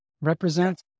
represent